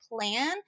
plan